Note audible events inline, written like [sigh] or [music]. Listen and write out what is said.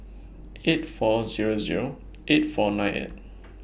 eight four Zero Zero eight four nine eight [noise]